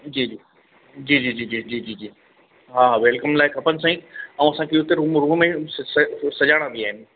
जी जी जी जी जी जी जी जी जी हा वैलकम लाइ खपनि साईं ऐं असांखे हुते रूम आहिनि सज सॼाइणा बि आहिनि